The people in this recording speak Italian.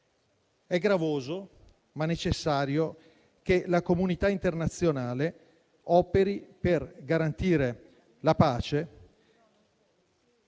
È gravoso, ma necessario, che la comunità internazionale operi per garantire la pace